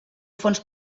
fons